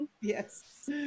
Yes